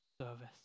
service